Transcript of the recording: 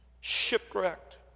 Shipwrecked